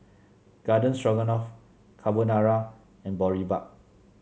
Garden Stroganoff Carbonara and Boribap